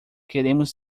queremos